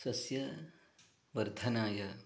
सस्य वर्धनाय